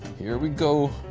here we go,